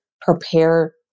prepare